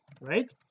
right